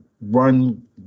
run